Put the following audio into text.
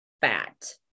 fat